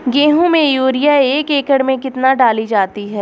गेहूँ में यूरिया एक एकड़ में कितनी डाली जाती है?